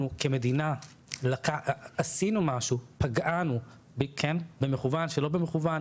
כמדינה עשינו משהו או פגענו במכוון או שלא במכוון,